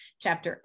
chapter